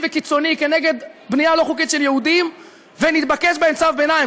וקיצוניים כנגד בנייה לא חוקית של יהודים ונתבקש בהם צו ביניים,